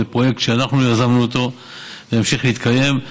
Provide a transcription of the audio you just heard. זה פרויקט שאנחנו יזמנו אותו, והוא ממשיך להתקיים.